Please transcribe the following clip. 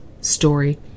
story